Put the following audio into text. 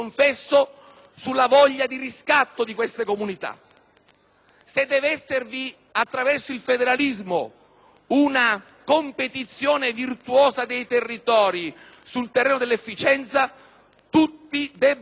Se deve esservi, attraverso il federalismo, una competizione virtuosa dei territori sul terreno dell'efficienza, tutti debbono essere messi nelle condizioni di un confronto aperto.